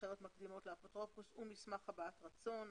הנחיות מקדימות לאפוטרופוס ומסמך הבעת רצון),